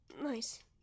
nice